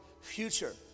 future